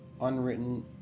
unwritten